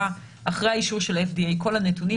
אחרי האישור של ה- FDAיובאו כל הנתונים,